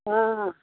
हाँ